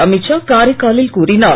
அமித்ஷா காரைக்காலில் கூறினார்